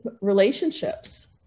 relationships